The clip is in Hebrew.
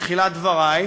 בתחילת דברי,